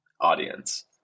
audience